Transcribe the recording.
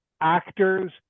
actors